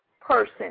person